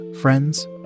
friends